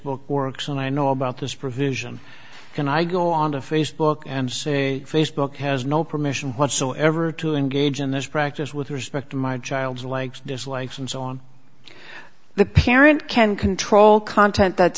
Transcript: book works and i know about this provision can i go on to facebook and say facebook has no permission whatsoever to engage in this practice with respect my child's likes dislikes and so on the parent can control content that